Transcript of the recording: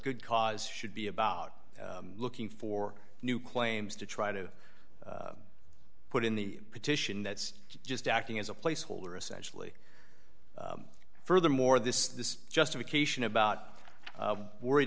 good cause should be about looking for new claims to try to put in the petition that's just acting as a placeholder essentially furthermore this this justification about worried